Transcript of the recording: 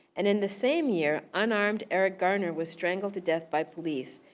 and in the same year, unarmed eric garner was strangled to death by police,